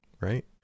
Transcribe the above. right